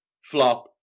flop